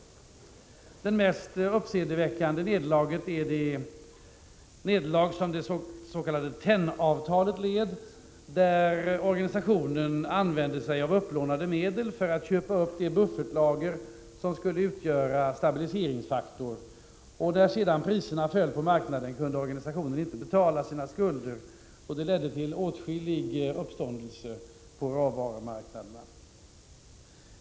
Det mest uppseendeväckande nederlaget är det som dets.k. tennavtalet gällde och där organisationen använde upplånade medel för att köpa upp det buffertlager som skulle utgöra stabiliseringsfaktor. När sedan priserna föll på marknaden, kunde organisationen inte betala sina skulder, vilket ledde till åtskillig uppståndelse på råvarumarknaderna.